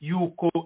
Yuko